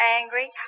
angry